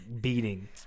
beating